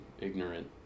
ignorant